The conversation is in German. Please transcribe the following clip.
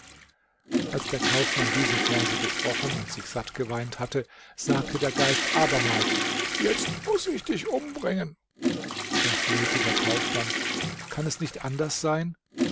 als der kaufmann diese verse gesprochen und sich satt geweint hatte sagte der geist abermals jetzt muß ich dich umbringen da flehte der kaufmann kann es nicht anders sein